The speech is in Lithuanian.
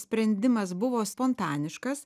sprendimas buvo spontaniškas